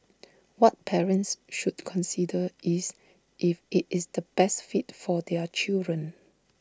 what parents should consider is if IT is the best fit for their children